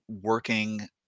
working